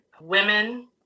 women